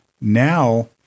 now